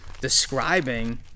describing